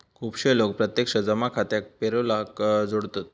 खुपशे लोक प्रत्यक्ष जमा खात्याक पेरोलाक जोडतत